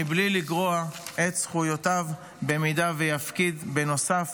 מבלי לגרוע מזכויותיו במידה שיפקיד בנוסף